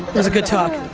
was a good talk.